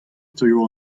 teuio